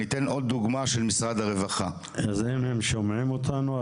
אני אתן עוד דוגמא של משרד הרווחה --- אז אם הם שומעים אותנו,